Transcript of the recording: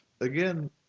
Again